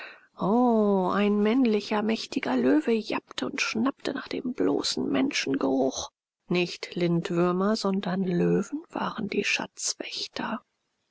o ein männlicher mächtiger löwe jappte und schnappte nach dem bloßen menschengeruch nicht lindwürmer sondern löwen waren die